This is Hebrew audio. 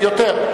יותר,